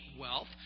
wealth